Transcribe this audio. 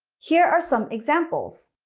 here are some examples.